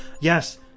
Yes